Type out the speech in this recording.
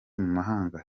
mahanga